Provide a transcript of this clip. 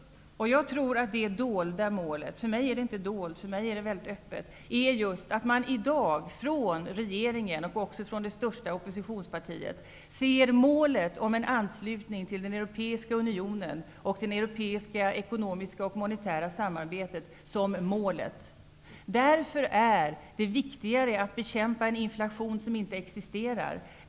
För mig är inte målet dolt utan tvärtom mycket öppet. Jag tror nämligen att regeringen och det största oppositionspartiet ser som sitt mål en anslutning till den europeiska unionen och det europeiska ekonomiska och monetära samarbetet. Därför är det viktigt att bekämpa en inflation som inte existerar.